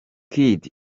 kid